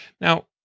Now